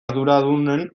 arduradunen